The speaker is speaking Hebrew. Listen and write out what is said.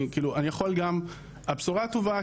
הבשורה הטובה,